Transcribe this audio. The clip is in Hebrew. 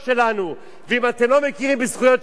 ואם אתם לא מכירים בזכויות שלנו אז